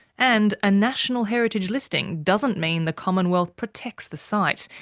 and a national heritage listing doesn't mean the commonwealth protects the site,